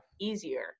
easier